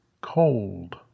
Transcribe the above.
cold